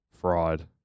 fraud